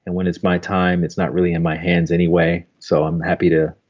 and when it's my time, it's not really in my hands anyway, so i'm happy to.